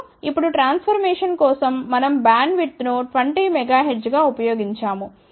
మరియు ఇప్పుడు ట్రాన్స్ఫర్మేషన్ కోసం మనం బ్యాండ్విడ్త్ను 20 MHz గా ఉపయోగించాము